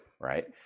right